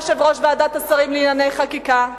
יושב-ראש ועדת השרים לענייני חקיקה?